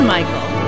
Michael